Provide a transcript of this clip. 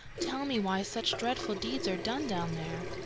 tell me why such dreadful deeds are done down there.